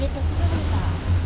dia kasi boleh tak